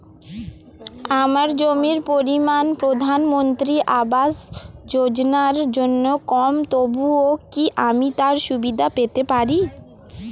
আমার জমির পরিমাণ প্রধানমন্ত্রী আবাস যোজনার জন্য কম তবুও কি আমি তার সুবিধা পেতে পারি?